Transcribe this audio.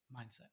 mindset